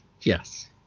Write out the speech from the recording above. Yes